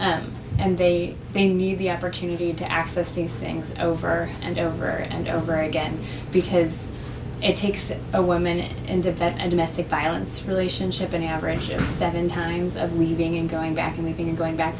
trauma and they they need the opportunity to access these things over and over and over again because it takes it a woman and a vet and domestic violence relationship an average of seven times of leaving and going back and even going back